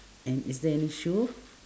and is there any shoe